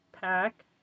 pack